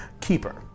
keeper